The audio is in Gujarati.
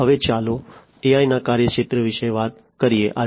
હવે ચાલો AI ના કાર્યક્ષેત્ર વિશે વાત કરીએ